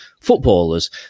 footballers